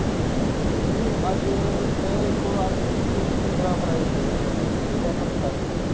मी अज्ज मेरे कोल अज्ज बी कोइ पंदरा प्राईज़ पेदे होने अपने जेह्ड़े अपने टाईम दे